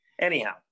anyhow